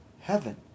heaven